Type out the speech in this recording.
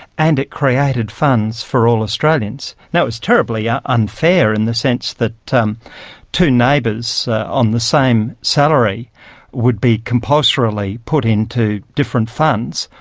and it created funds for all australians. it was terribly yeah unfair in the sense that two um two neighbours on the same salary would be compulsorily put into different funds,